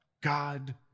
God